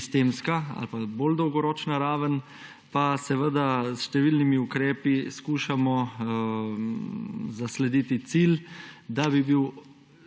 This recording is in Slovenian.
sistemska ali pa bolj dolgoročna raven, pa s številnimi ukrepi skušamo zaslediti cilj, da bi bil